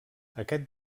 aquest